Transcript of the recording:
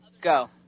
Go